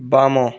ବାମ